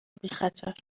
بیخطر